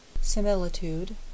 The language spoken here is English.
similitude